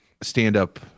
stand-up